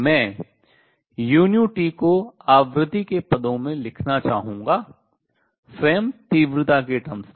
मैं uT को आवृत्ति के terms पदों में लिखना चाहूँगा स्वयं तीव्रता के terms में